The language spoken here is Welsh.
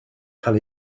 cael